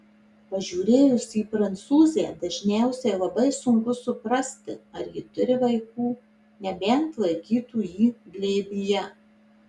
pažiūrėjus į prancūzę dažniausiai labai sunku suprasti ar ji turi vaikų nebent laikytų jį glėbyje